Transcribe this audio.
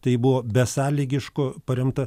tai buvo besąlygiško paremta